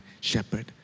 shepherd